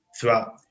throughout